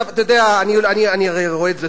אתה יודע, אני הרי רואה את זה.